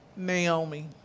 Naomi